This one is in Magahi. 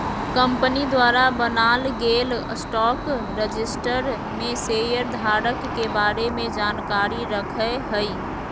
कंपनी द्वारा बनाल गेल स्टॉक रजिस्टर में शेयर धारक के बारे में जानकारी रखय हइ